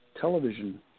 television